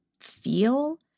feel